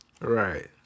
Right